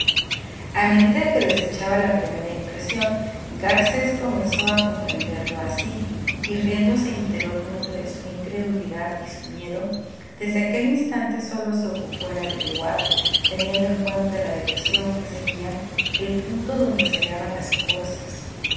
a medida que desechaba la primera impresión garcés comenzó a comprenderlo así y riéndose interiormente de su incredulidad y su miedo desde aquel instante sólo se ocupó en averiguar teniendo en cuenta la dirección que seguían el punto donde se hallaban las corzas